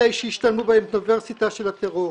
אחרי שהשתלמו באוניברסיטה של הטרור,